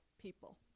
people